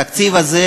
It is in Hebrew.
התקציב הזה